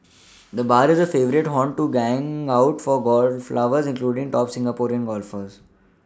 the bar is a favourite haunt to hang out for golf lovers including top Singapore golfers